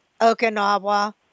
Okinawa